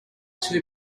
two